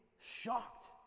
shocked